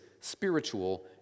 spiritual